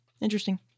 interesting